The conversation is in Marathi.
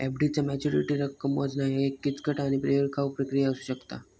एफ.डी चा मॅच्युरिटी रक्कम मोजणा ह्या एक किचकट आणि वेळखाऊ प्रक्रिया असू शकता